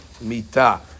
mita